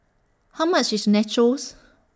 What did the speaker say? How much IS Nachos